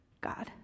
God